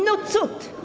No cud.